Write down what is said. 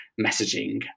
messaging